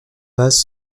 vase